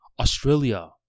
Australia